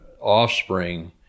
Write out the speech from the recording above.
offspring